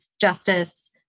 justice